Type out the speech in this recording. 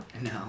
no